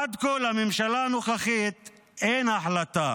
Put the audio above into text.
עד כה לממשלה הנוכחית אין החלטה